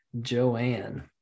Joanne